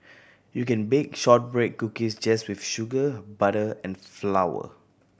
you can bake shortbread cookies just with sugar butter and flour